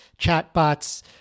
chatbots